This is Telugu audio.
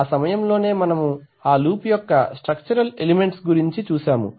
ఆ సమయములోనే మనము ఆ లూప్ యొక్క స్ట్రక్చరల్ ఎలిమెంట్స్ గురించి చూసాము